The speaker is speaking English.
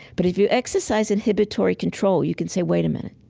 but if you exercise inhibitory control, you can say, wait a minute.